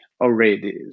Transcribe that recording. already